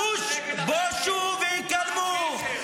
בושו והיכלמו.